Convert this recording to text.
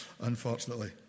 unfortunately